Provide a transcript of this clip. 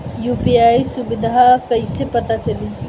UPI सुबिधा कइसे पता चली?